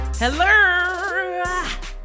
Hello